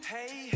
Hey